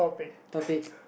topic